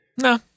No